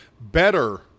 better